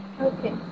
Okay